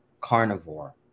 carnivore